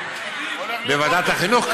בוועדת החינוך,